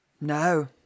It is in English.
No